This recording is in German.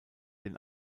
den